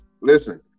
listen